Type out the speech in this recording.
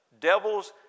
Devils